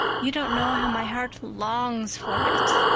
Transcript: you don't know how my heart longs for it.